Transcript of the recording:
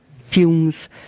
fumes